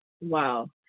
Wow